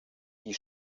die